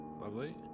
Lovely